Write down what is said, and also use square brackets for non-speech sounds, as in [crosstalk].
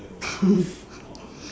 [laughs]